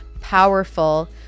powerful